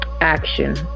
action